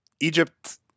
Egypt